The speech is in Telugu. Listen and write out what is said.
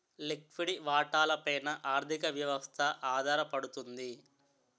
లిక్విడి వాటాల పైన ఆర్థిక వ్యవస్థ ఆధారపడుతుంది